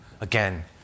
again